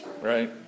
right